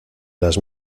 las